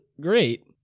great